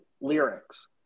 lyrics